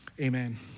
Amen